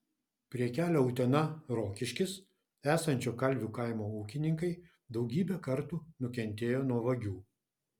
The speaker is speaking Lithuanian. prie kelio utena rokiškis esančio kalvių kaimo ūkininkai daugybę kartų nukentėjo nuo vagių